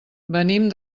venim